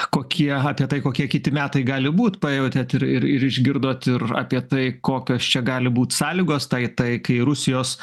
kokie apie tai kokie kiti metai gali būt pajautėt ir ir ir išgirdot ir apie tai kokios čia gali būt sąlygos tai taikai rusijos